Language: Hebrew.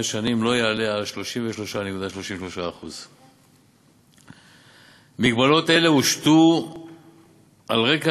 שנים לא יעלה על 33.33%. מגבלות אלה הושתו על רקע